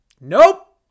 Nope